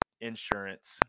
insurance